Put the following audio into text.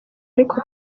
ariko